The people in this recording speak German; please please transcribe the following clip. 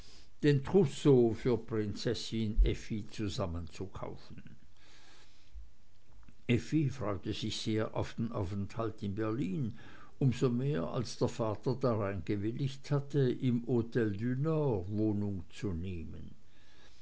den trousseau für prinzessin effi zusammenzukaufen effi freute sich sehr auf den aufenthalt in berlin um so mehr als der vater darein gewilligt hatte im hotel du nord wohnung zu nehmen